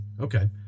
Okay